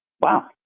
wow